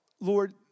Lord